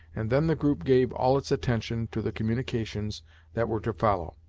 and then the group gave all its attention to the communications that were to follow.